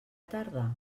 tarda